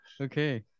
okay